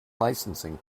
licensing